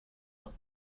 ans